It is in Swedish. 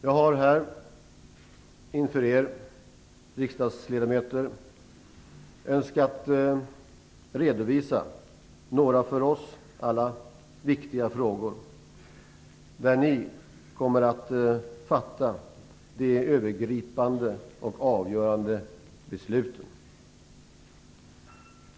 Jag har här inför er riksdagsledamöter önskat redovisa några för oss alla viktiga frågor där ni kommer att fatta de övergripande och avgörande besluten.